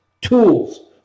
tools